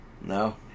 no